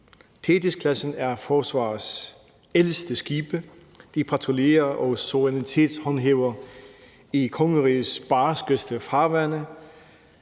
Thetisklassen er forsvarets ældste skibe. De patruljerer og suverænitetshåndhæver i kongerigets barskeste farvande,